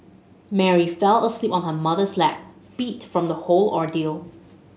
Mary fell asleep on her mother's lap beat from the whole ordeal